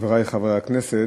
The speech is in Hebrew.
חברי חברי הכנסת,